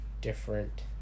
different